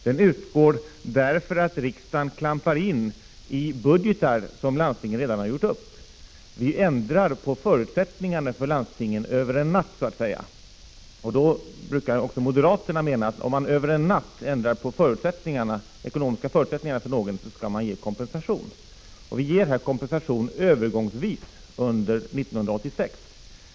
Den utgår därför att riksdagen klampar in och ändrar i budgetar som landstingen redan har gjort upp. Vi ändrar förutsättningarna för landstingen över en natt. Även moderaterna brukar anse, att om man över en natt ändrar de ekonomiska förutsättningarna för någon, skall man ge kompensation. Vi ger i detta sammanhang kompensation övergångsvis under 1986.